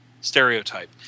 stereotype